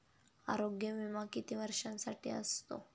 आरोग्य विमा किती वर्षांसाठी असतो?